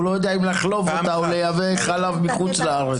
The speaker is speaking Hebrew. הוא לא יודע אם לחלוב אותה או לייבא חלב מחוץ לארץ.